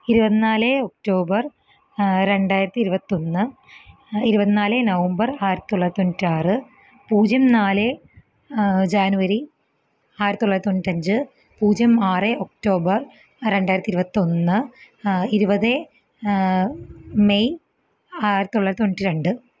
ഇരൂപത്തി നാല് ഒക്റ്റോബര് രണ്ടായിരത്തി ഇരൂപത്തൊന്ന് ഇരുപത്തിനാല് നവമ്പര് ആയിരത്തി തൊള്ളായിരത്തി തൊണ്ണൂറ്റാറ് പൂജ്യം നാല് ജാനുവരി ആയിരത്തി തൊള്ളായിരത്തി തൊണ്ണൂറ്റഞ്ച് പൂജ്യം ആറ് ഒക്റ്റോബര് രണ്ടായിരത്തി ഇരൂപത്തൊന്ന് ഇരുപത് മെയ് ആയിരത്തി തൊള്ളായിരത്തി തൊണ്ണൂറ്റി രണ്ട്